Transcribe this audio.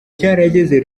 cyarageze